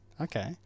Okay